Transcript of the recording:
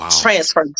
transfer